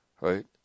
Right